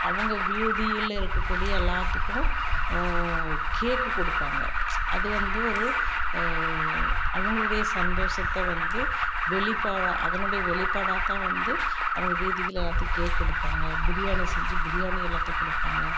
அவங்க வீதியில் இருக்கக்கூடிய எல்லாத்துக்கும் கேக்கு கொடுப்பாங்க அது வந்து ஒரு அவங்களுடைய சந்தோஷத்தை வந்து வெளிப்பாடாக அதனுடைய வெளிப்பாடாக தான் வந்து அவங்க வீதியில் அதுக்கே கொடுப்பாங்க பிரியாணி செஞ்சு பிரியாணி எல்லாத்துக்கும் கொடுப்பாங்க